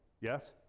Yes